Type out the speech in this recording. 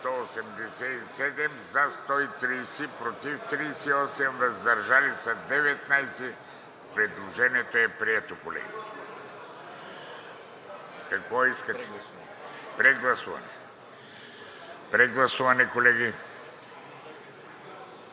за 130, против 38, въздържали се 19. Предложението е прието. Какво искате? Прегласуване. Прегласуване, колеги.